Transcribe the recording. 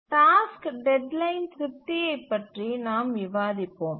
task deadline திருப்தியைப் பற்றி நாம் விவாதிப்போம்